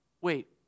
Wait